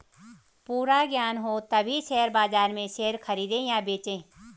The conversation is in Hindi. पूरा ज्ञान हो तभी शेयर बाजार में शेयर खरीदे या बेचे